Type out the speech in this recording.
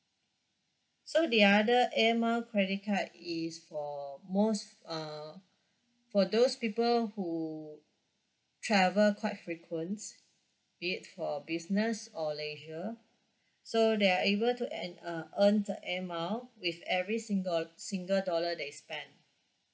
so the other air mile credit card is for most uh for those people who travel quite frequents be it for business or leisure so they are able to en~ uh earn air mile with every single single dollar that is spent